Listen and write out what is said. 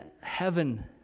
heaven